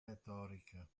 retorica